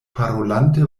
parolante